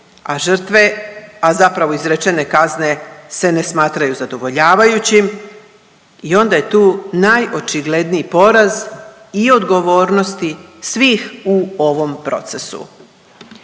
za žrtvu, a zapravo izrečene kazne se ne smatraju zadovoljavajućim i onda je tu najočigledniji poraz i odgovornosti svih u ovom procesu.